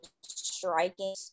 striking